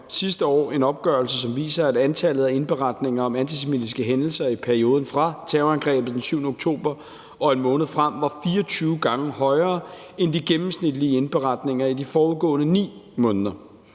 sidste år en opgørelse, som viser, at antallet af indberetninger om antisemitiske hændelser i perioden fra terrorangrebet den 7. oktober og en måned frem var 24 gange højere end det gennemsnitlige antal af indberetninger i de forudgående 9 måneder.